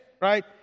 right